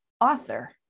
author